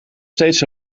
steeds